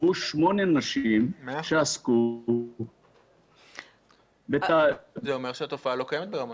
שמונה נשים שעסקו --- זה אומר שהתופעה לא קיימת ברמון.